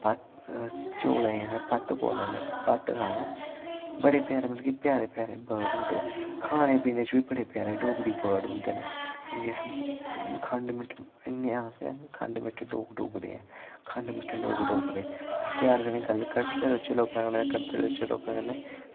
चौलें ई अस भत्त बोलने होन्ने भत्त खाना बड़े प्यारे मतलव की बड़े प्यारे प्यारे बर्ड़ होंदे नै खावने पीने च बी बड़े प्यारे बर्ड़ होंदे नै मतलव कि अस खंड मिट्ठे इयां आखदे नी खंड मिट्ठे लोग डोगरे ऐं खंड मिट्ठे लोग डोगरे अस प्यार कन्नै करदे रौह्चै लोकैं कन्नै करदे रौह्चै लोकैं कन्नै